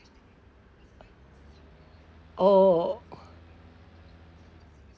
oh oh oh